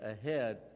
ahead